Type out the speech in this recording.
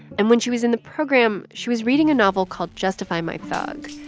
and when she was in the program, she was reading a novel called justify my thug.